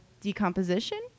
decomposition